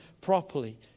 properly